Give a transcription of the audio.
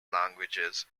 languages